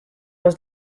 was